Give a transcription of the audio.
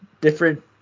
different